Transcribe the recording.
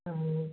हाँ